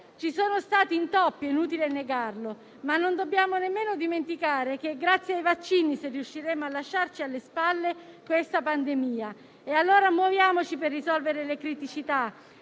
Ci sono stati intoppi - è inutile negarlo - ma non dobbiamo nemmeno dimenticare che è grazie ai vaccini se riusciremo a lasciarci alle spalle questa pandemia. E allora muoviamoci per risolvere le criticità: